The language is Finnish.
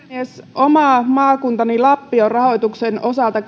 oma maakuntani lappi on rahoituksen osalta